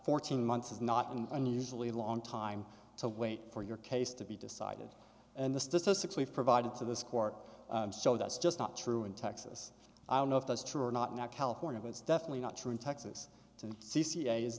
fourteen months is not an unusually long time to wait for your case to be decided and the statistics we've provided to this court so that's just not true in texas i don't know if that's true or not not california but it's definitely not true in texas and c